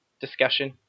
discussion